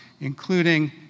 including